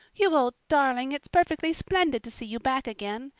you old darling, it's perfectly splendid to see you back again.